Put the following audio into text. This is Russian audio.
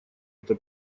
это